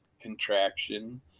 contraction